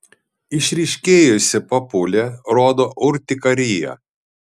išryškėjusi papulė rodo urtikariją